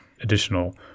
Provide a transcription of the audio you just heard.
additional